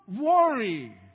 Worry